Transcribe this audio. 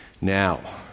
Now